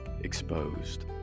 exposed